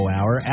Hour